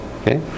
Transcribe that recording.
Okay